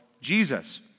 Jesus